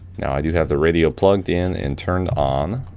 now, i do have the radio plugged in and turned on,